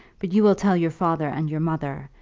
but you will tell your father and your mother,